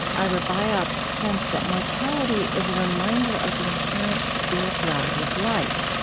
ira byock's sense that mortality is a reminder of the inherent spirituality of life,